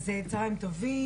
טוב אז צוהריים טובים.